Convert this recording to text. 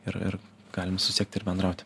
ir ir galim susiekti ir bendrauti